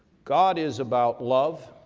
god is about love,